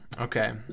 okay